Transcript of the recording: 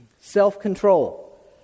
self-control